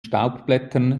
staubblättern